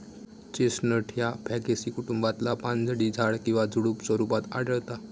chestnut ह्या फॅगेसी कुटुंबातला पानझडी झाड किंवा झुडुप स्वरूपात आढळता